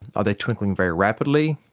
are they twinkling very rapidly,